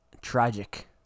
Tragic